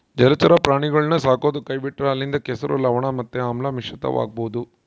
ಜಲಚರ ಪ್ರಾಣಿಗುಳ್ನ ಸಾಕದೊ ಕೈಬಿಟ್ರ ಅಲ್ಲಿಂದ ಕೆಸರು, ಲವಣ ಮತ್ತೆ ಆಮ್ಲ ಮಿಶ್ರಿತವಾಗಬೊದು